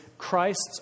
Christ's